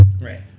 right